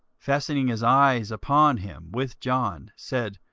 fastening his eyes upon him with john, said,